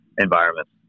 environments